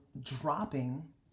dropping